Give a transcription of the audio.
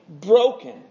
broken